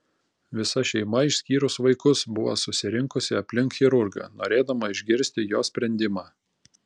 visa šeima išskyrus vaikus buvo susirinkusi aplink chirurgą norėdama išgirsti jo sprendimą